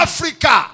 Africa